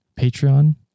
patreon